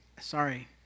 sorry